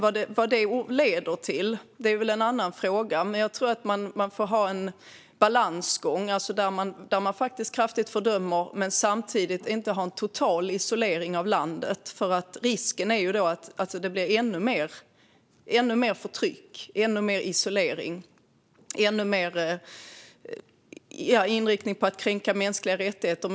Vad det sedan leder till är en annan fråga, men jag tror att man får ha en balansgång där man kraftigt fördömer men samtidigt inte har en total isolering av landet. Risken är annars att det blir ännu mer förtryck, ännu mer isolering och ännu mer inriktning på att kränka mänskliga rättigheter.